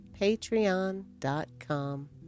patreon.com